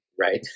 Right